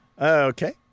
okay